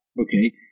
okay